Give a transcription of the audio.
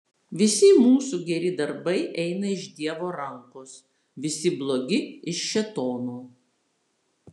visi mūsų geri darbai eina iš dievo rankos visi blogi iš šėtono